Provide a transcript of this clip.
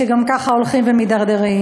שגם ככה הולכים ומידרדרים.